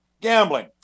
gambling